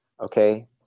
okay